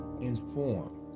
inform